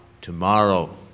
tomorrow